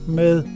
med